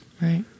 right